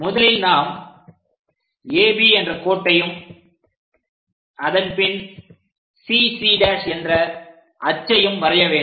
முதலில் நாம் AB என்ற கோட்டையும் அதன்பின் CC' என்ற அச்சையும் வரைய வேண்டும்